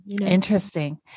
Interesting